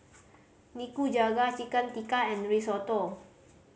Nikujaga Chicken Tikka and Risotto